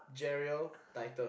Jerial-Titus